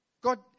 God